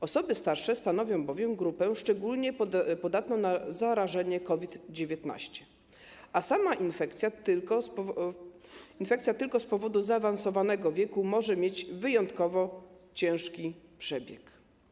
Osoby starsze stanowią bowiem grupę szczególnie podatną na zarażenie COVID-19, a sama infekcja tylko z powodu zaawansowanego wieku może mieć wyjątkowo ciężki przebieg˝